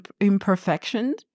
imperfection